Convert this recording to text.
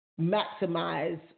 maximize